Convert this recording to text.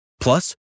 Plus